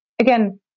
again